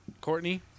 Courtney